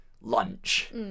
lunch